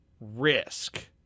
risk